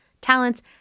talents